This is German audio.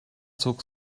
zog